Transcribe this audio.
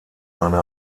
eine